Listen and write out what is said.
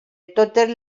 totes